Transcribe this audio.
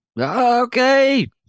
Okay